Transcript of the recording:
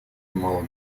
малых